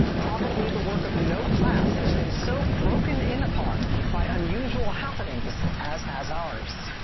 probably the work of no class has been so broken-in-upon by unusual happenings as has ours.